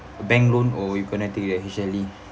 bank loan or you connect to your H_L_E